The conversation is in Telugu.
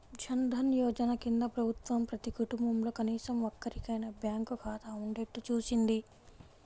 జన్ ధన్ యోజన కింద ప్రభుత్వం ప్రతి కుటుంబంలో కనీసం ఒక్కరికైనా బ్యాంకు ఖాతా ఉండేట్టు చూసింది